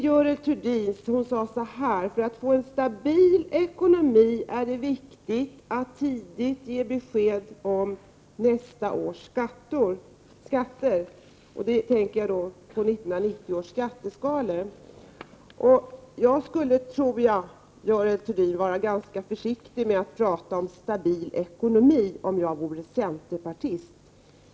Görel Thurdin sade att för att få en stabil ekonomi är det viktigt att tidigt ge besked om nästa års skatter. Jag tänker då på 1990 års skatteskalor. Jag skulle, Görel Thurdin, vara ganska försiktig med att prata om stabil ekonomi om jag vore centerpartist.